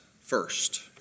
first